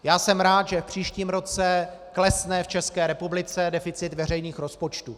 Já jsem rád, že v příštím roce klesne v České republice deficit veřejných rozpočtů.